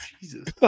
Jesus